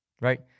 Right